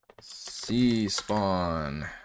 C-spawn